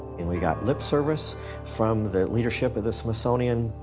and we got lip service from the leadership of the smithsonian,